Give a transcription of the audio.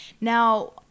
now